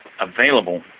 available